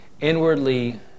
inwardly